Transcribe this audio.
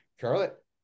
Charlotte